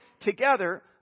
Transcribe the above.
together